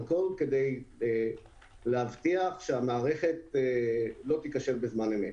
והכול כדי להבטיח שהמערכת לא תיכשל בזמן אמת